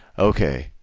ok,